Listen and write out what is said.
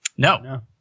No